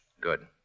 Good